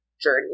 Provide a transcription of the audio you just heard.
journey